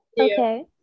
Okay